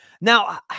Now